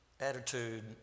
attitude